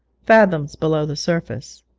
fathoms below the surface.